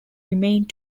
remained